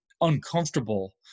uncomfortable